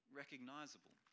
recognizable